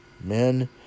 men